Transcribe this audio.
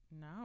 No